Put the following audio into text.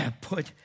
put